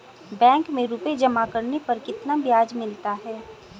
Bank में रुपये जमा करने पर कितना ब्याज मिलता है?